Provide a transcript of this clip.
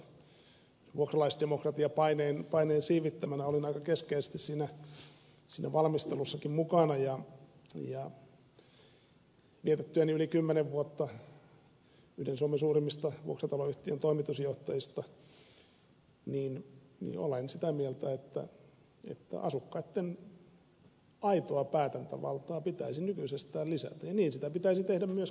vuokralaisdemokratiapaineen siivittämänä olin aika keskeisesti siinä valmistelussakin mukana ja vietettyäni yli kymmenen vuotta yhden suomen suurimmista vuokrataloyhtiön toimitusjohtajista olen sitä mieltä että asukkaitten aitoa päätäntävaltaa pitäisi nykyisestään lisätä ja niin pitäisi tehdä myöskin asumisoikeusasunnoissa